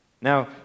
Now